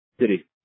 city